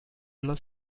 della